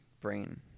brain